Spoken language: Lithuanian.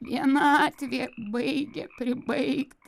vienatvė baigia pribaigt